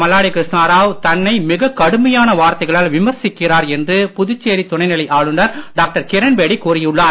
மல்லாடி கிருஷ்ணாராவ் தன்னை மிகக் கடுமையான வார்த்தைகளால் விமர்சிக்கிறார் என்று புதுச்சேரி துணைநிலை ஆளுநர் டாக்டர் கிரண்பேடி கூறியுள்ளார்